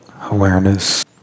Awareness